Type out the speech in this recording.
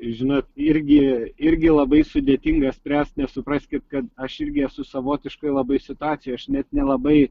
žinot irgi irgi labai sudėtinga spręst nesupraskit kad aš irgi esu savotiškoj labai situacijoj aš net nelabai